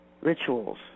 rituals